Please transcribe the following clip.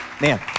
Man